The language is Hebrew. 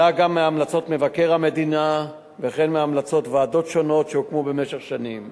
עלה מהמלצות מבקר המדינה וכן מהמלצות ועדות שונות שהוקמו במשך שנים.